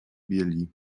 bieli